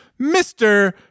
Mr